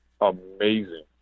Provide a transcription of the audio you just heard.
amazing